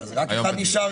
אז רק אחד נשאר לי?